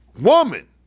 woman